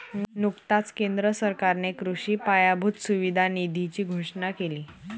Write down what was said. नुकताच केंद्र सरकारने कृषी पायाभूत सुविधा निधीची घोषणा केली